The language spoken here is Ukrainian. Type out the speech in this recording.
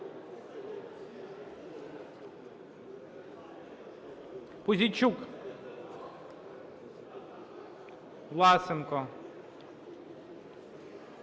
Пузійчук. Власенко.